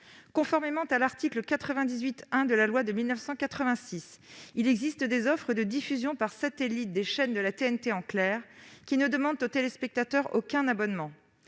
Conformément à l'article 98-1 de la loi de 1986, il existe des offres de diffusion par satellite des chaînes de la TNT en clair, qui ne demandent aux téléspectateurs aucun abonnement.